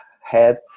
head